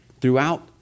Throughout